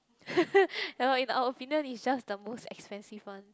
ya lor in our opinion is just the most expensive one